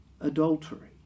adultery